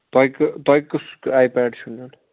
تۄہہِ کہٕ تۄہہِ کُس آٮی پیڈ چھُو نیُن